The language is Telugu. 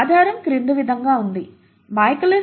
ఆధారం క్రింది విధంగా ఉంది Michaelis Menten V VmS Km S